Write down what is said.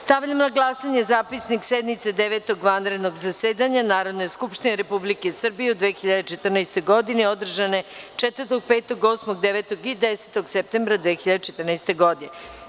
Stavljam na glasanje Zapisnik sednice Devetog vanrednog zasedanja Narodne skupštine Republike Srbije u 2014. godini održane 4, 5, 8, 9. i 10. septembra 2014. godine.